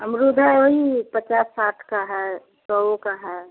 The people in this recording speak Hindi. अमरूद है वही पचास साठ का है सौ का है